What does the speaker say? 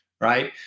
right